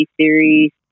series